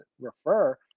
refer